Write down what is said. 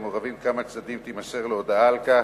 מעורבים כמה צדדים תימסר לו הודעה על כך,